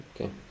Okay